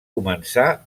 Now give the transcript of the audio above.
començà